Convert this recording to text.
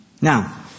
Now